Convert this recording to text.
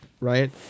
right